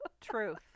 truth